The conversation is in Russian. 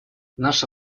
наша